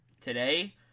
today